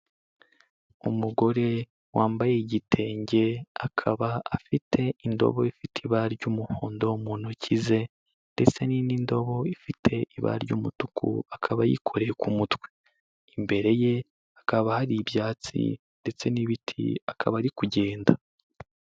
Umugore wambaye igitenge akaba afite indobo ifite ibara ry'umuhondo mu ntoki ze ndetse n'indi ndobo ifite ibara ry'umutuku, akaba ayikoreye ku mutwe, imbere ye hakaba hari ibyatsi ndetse n'ibiti akaba ari kugenda.